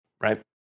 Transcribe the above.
Right